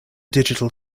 digital